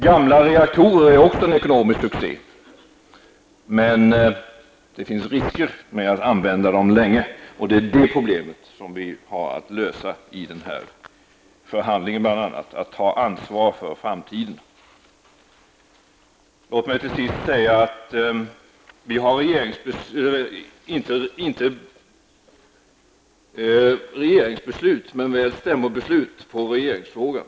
Gamla reaktorer är också en ekonomisk succé, men det finns risker med att använda dem länge, och det är bl.a. det problemet som vi har att lösa i den här förhandlingen, att ta ansvar för framtiden. Låt mig till sist säga att vi har inte regeringsbeslut men väl stämmobeslut i regeringsfrågan.